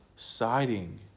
Siding